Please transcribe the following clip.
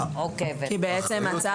אם בית המשפט